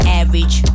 average